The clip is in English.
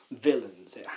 villains